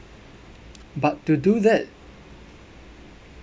but to do that